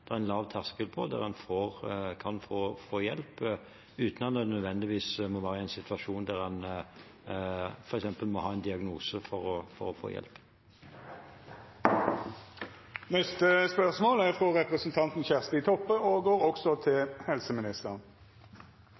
det er en lav terskel på, og der en kan få hjelp uten at en nødvendigvis må være i en situasjon der en f.eks. må ha en diagnose for å få hjelp.